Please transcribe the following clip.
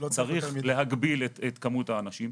צריך להגביל את כמות האנשים.